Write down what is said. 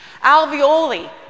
Alveoli